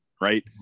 right